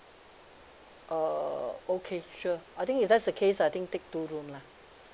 uh okay sure I think if that's the case I think take two room lah